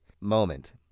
moment